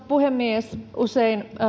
puhemies usein